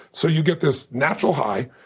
so you get this natural high.